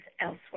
elsewhere